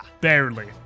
Barely